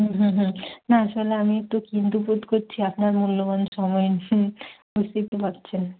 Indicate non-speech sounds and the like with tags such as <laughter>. হুম হুম হুম না আসলে আমি একটু কিন্তু বোধ করছি আপনার মূল্যবান সময় <unintelligible> বুঝতেই তো পারছেন